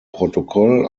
protokoll